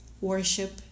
worship